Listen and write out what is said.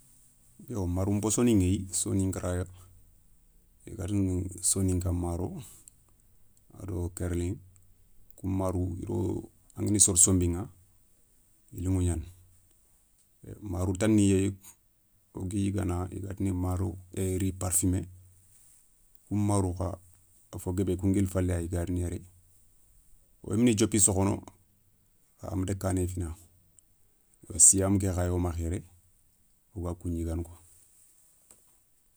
Yo maroun possonin ηéyi soninkaraya yo i ga tini soninka maro ado karli kou marou ido angani soro sonbiηa i liηugnani marou tani yéyi, wo gui yigana i ga tini marou é riz parfumé, kou marou kha a fo guébé kou nguili falé ya i ga rini yéré, woyimé diopi sokhono kha ama dagga kané fina. Siame ké khayo makha yéré woga kou gnigana.